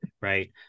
right